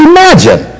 Imagine